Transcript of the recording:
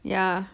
ya